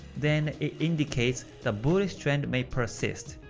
then it indicates the bullish trend may persist.